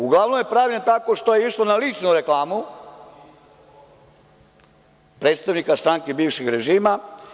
Uglavnom je pravljen tako što je išlo na ličnu reklamu predstavnika stranke bivšeg režima.